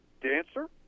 dancer